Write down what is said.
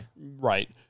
Right